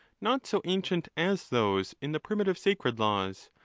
not so ancient as those in the primitive sacred laws,